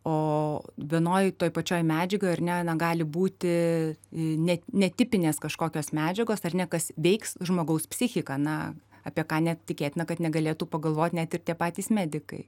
o vienoj toj pačioj medžiagojar ne negali būti netipinės kažkokios medžiagos ar ne kas veiks žmogaus psichiką na apie ką net tikėtina kad negalėtų pagalvot net ir patys medikai